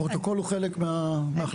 הפרוטוקול הוא חלק מההחלטה.